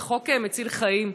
זה חוק מציל חיים.